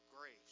grace